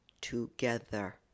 together